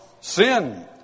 sin